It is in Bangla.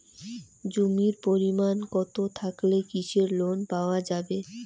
জমির পরিমাণ কতো থাকলে কৃষি লোন পাওয়া যাবে?